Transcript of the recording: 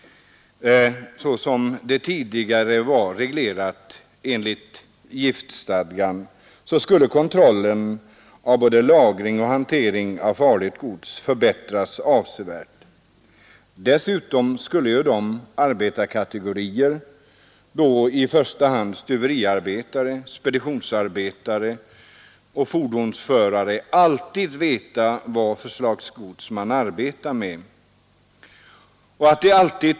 Jämfört med hur detta tidigare var reglerat enligt giftstadgan skulle därmed kontrollen av både lagring och hantering av farligt gods förbättras avsevärt. Dessutom skulle de arbetarkategorier — i första hand stuveriarbetare, speditionsarbetare och fordonsförare — alltid veta vad för slags gods de arbetade med.